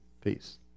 peace